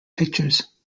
pictures